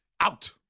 out